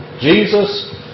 Jesus